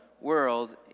world